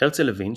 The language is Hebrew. הרצל הבין,